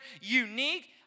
unique